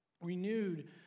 Renewed